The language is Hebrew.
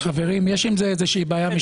חברים, יש עם זה איזושהי בעיה משפטית.